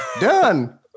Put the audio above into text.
Done